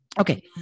Okay